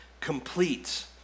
complete